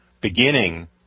beginning